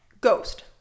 ghost